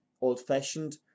old-fashioned